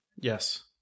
Yes